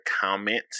comment